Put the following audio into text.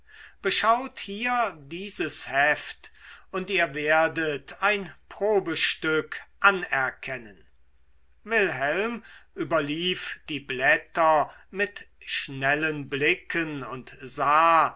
beschaut hier dieses heft und ihr werdet ein probestück anerkennen wilhelm überlief die blätter mit schnellen blicken und sah